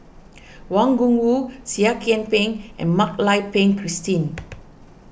Wang Gungwu Seah Kian Peng and Mak Lai Peng Christine